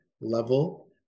level